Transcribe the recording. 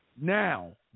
Now